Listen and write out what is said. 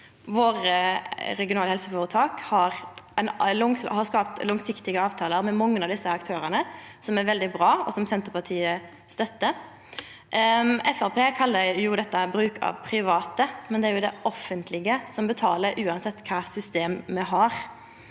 Våre regionale helseføretak har skapt langsiktige avtalar med mange av desse aktørane, noko som er veldig bra, og som Senterpartiet støttar. Framstegspartiet kallar dette bruk av private, men det er jo det offentlege som betalar uansett kva system me har.